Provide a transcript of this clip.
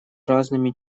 разными